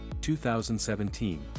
2017